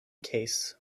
case